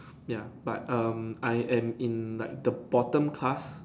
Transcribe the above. ya but um I am in like the bottom class